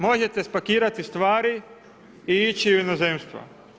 Možete spakirati stvari i ići u inozemstvo.